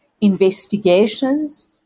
investigations